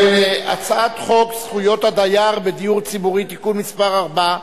ההצעה להעביר את הצעת חוק זכויות הדייר בדיור הציבורי (תיקון מס' 4)